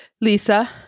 Lisa